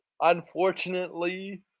unfortunately